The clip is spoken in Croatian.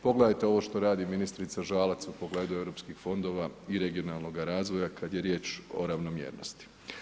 Pogledajte ovo što radi ministrica Žalac u pogledu europskih fondova i regionalnoga razvoja, kada je riječ o ravnomjernosti.